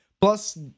plus